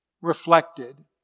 reflected